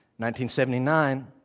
1979